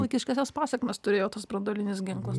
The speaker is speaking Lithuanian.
kiškas tas pasekmes turėjo tas branduolinis ginklas